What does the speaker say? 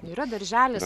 yra darželis